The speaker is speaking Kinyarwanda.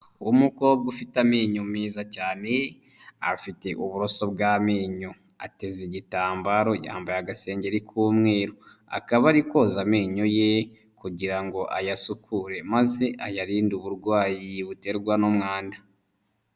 Umukobwa ufite amenyo meza cyane afite uburoso bw'amenyo ateze igitambaro yambaye agasengengeri k'umweru akaba ari koza amenyo ye kugira ngo ayasukure maze ayarinde uburwayi buterwa n'umwanda.